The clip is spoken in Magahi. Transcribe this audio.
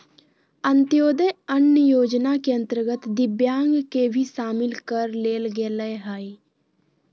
अंत्योदय अन्न योजना के अंतर्गत दिव्यांग के भी शामिल कर लेल गेलय हइ